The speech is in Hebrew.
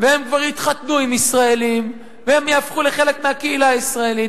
והם כבר התחתנו עם ישראלים והם יהפכו לחלק מהקהילה הישראלית.